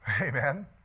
Amen